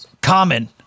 common